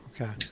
okay